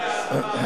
בעצמי